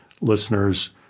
listeners